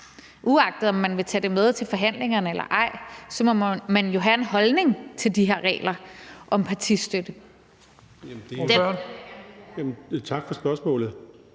Uanset om man vil tage det med til forhandlingerne eller ej, må man jo have en holdning til de her regler om partistøtte.